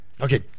Okay